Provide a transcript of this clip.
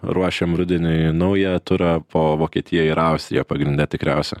ruošiam rudeniui naują turą po vokietiją ir austriją pagrindine tikriausia